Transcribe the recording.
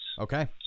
Okay